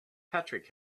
patrick